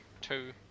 two